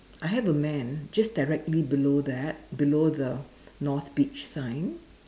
I have a man just directly below that below the north beach line